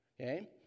Okay